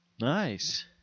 Nice